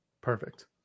perfect